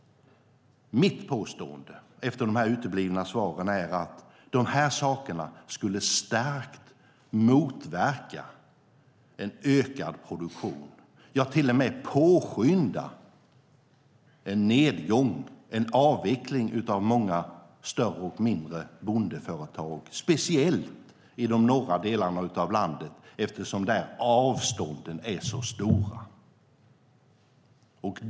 Mitt påstående, efter de uteblivna svaren, är att dessa saker starkt skulle motverka en ökad produktion, ja, till och med påskynda en nedgång, en avveckling av många större och mindre bondeföretag - speciellt i de norra delarna av landet eftersom avstånden där är så stora.